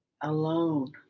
alone